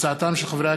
תודה.